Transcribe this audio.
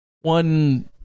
one